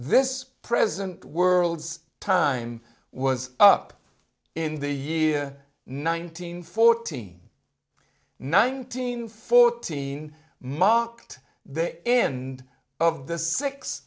this present world's time was up in the year nineteen fourteen nineteen fourteen mocked the end of